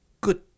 good